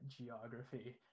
geography